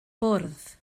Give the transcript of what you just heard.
bwrdd